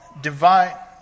divide